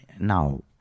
now